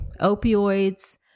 Opioids